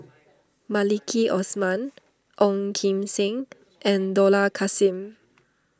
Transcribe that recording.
Maliki Osman Ong Kim Seng and Dollah Kassim